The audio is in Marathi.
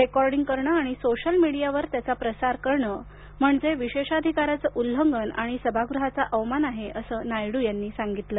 रेकॉर्डिंग करणे आणि सोशल मीडियावर त्याचा प्रसार करणे म्हणजे विशेषाधिकाराचं उल्लंघन आणि सभागृहाचा अवमान आहे असं नायडू यांनी सांगितलं